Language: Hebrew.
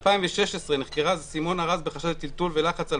ב-2016 נחקרה סימונה רז בחשד של טלטול ולחץ על